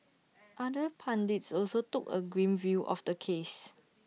other pundits also took A grim view of the case